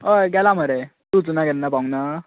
हय गेलां मरे तूं वचूना केन्ना पावूंक ना